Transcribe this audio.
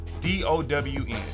D-O-W-N